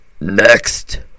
next